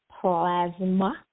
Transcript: plasma